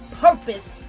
purpose